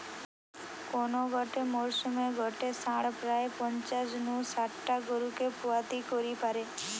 কোন গটে মরসুমে গটে ষাঁড় প্রায় পঞ্চাশ নু শাট টা গরুকে পুয়াতি করি পারে